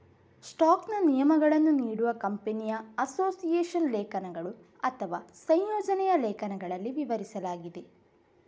ಸ್ಟಾಕ್ನ ನಿಯಮಗಳನ್ನು ನೀಡುವ ಕಂಪನಿಯ ಅಸೋಸಿಯೇಷನ್ ಲೇಖನಗಳು ಅಥವಾ ಸಂಯೋಜನೆಯ ಲೇಖನಗಳಲ್ಲಿ ವಿವರಿಸಲಾಗಿದೆ